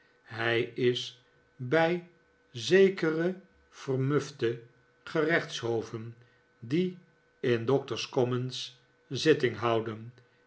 hij is bij zekere vermufte gerechtshoven die in doctor's commons zitting houden